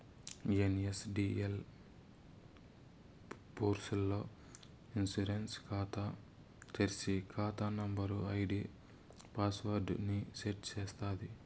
NSDL పూర్స్ ల్ల ఇ ఇన్సూరెన్స్ కాతా తెర్సి, కాతా నంబరు, ఐడీ పాస్వర్డ్ ని సెట్ చేస్తాది